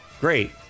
great